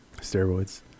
Steroids